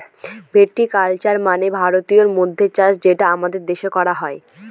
ভিটি culture মানে ভারতীয় মদ্যের চাষ যেটা আমাদের দেশে করা হয়